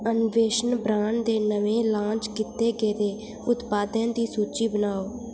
अन्वेषण ब्रैंड दे नमें लान्च कीते गेदे उत्पादें दी सूची बनाओ